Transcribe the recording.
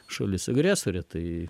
šalis agresorė tai